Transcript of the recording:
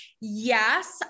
yes